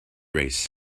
race